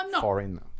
foreign